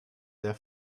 sehr